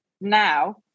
now